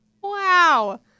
wow